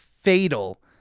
fatal